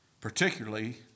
Particularly